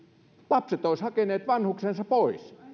lapset olisivat hakeneet vanhuksensa pois